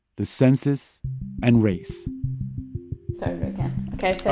the census and race ok,